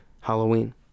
Halloween